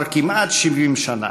כבר כמעט 70 שנה.